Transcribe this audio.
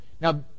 Now